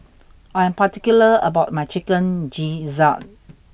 I am particular about my Chicken Gizzard